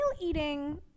eating